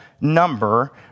number